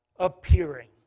Appearing